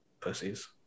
Pussies